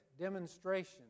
Demonstration